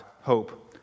Hope